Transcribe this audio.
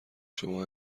شما